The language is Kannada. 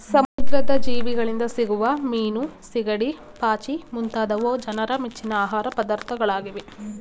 ಸಮುದ್ರದ ಜೀವಿಗಳಿಂದ ಸಿಗುವ ಮೀನು, ಸಿಗಡಿ, ಪಾಚಿ ಮುಂತಾದವು ಜನರ ಮೆಚ್ಚಿನ ಆಹಾರ ಪದಾರ್ಥಗಳಾಗಿವೆ